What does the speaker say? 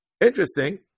Interesting